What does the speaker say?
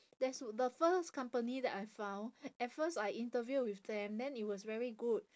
there's the first company that I found at first I interview with them then it was very good